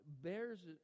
bears